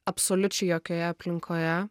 absoliučiai jokioje aplinkoje